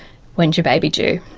when is your baby due?